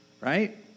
right